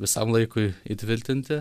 visam laikui įtvirtinti